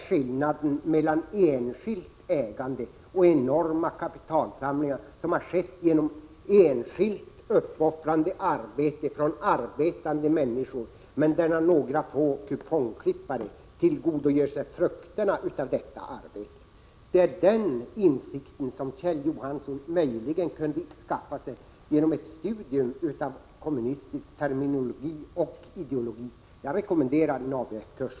Skillnaden mellan enskilt ägande och enorma kapitalsamlingar har skapats genom enskilt uppoffrande arbete från arbetande människor, men där några få kupongklippare tillgodogjort sig frukterna av detta arbete. Det är den insikten som Kjell Johansson möjligen kunde skaffa sig genom ett studium av kommunistisk terminologi och ideologi. Jag rekommenderar en ABF-kurs.